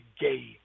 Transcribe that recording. game